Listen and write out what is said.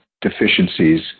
deficiencies